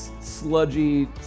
Sludgy